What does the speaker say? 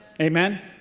Amen